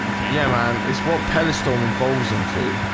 and okay? yeah, man, it's what palace tall man falls into